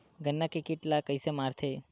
गन्ना के कीट ला कइसे मारथे?